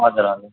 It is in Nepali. हजुर हजुर